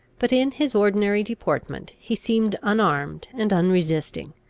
but, in his ordinary deportment, he seemed unarmed and unresisting,